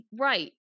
Right